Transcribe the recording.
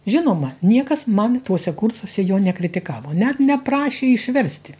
žinoma niekas man tuose kursuose jo nekritikavo net neprašė išversti